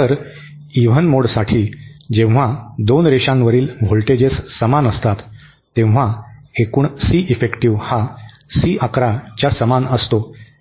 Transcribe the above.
तर इव्हन मोडसाठी जेव्हा दोन्ही रेषांवरील व्होल्टेजेस समान असतात तेव्हा एकूण सी इफेक्टिव्ह हा सी 11 च्या समान असतो